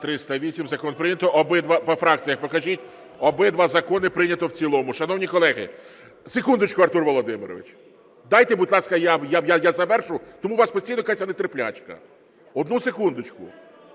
По фракціях покажіть. Обидва закони прийнято в цілому. Шановні колеги… Секундочку, Артур Володимирович, дайте, будь ласка, я завершу, у вас постійно якась нетерплячка. Одну секундочку.